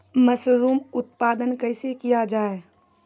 Mushroom उत्पादन कैसे किया जाय?